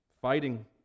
fighting